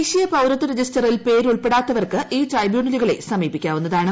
ദേശീയ പൌരത്വ രജിസ്റ്ററിൽ പേര് ഉൾപ്പെടാത്തവർക്ക് ഈ ട്രൈബ്യൂണലുകളെ സമീപിക്കാവുന്നതാണ്